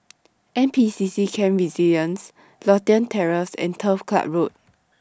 N P C C Camp Resilience Lothian Terrace and Turf Club Road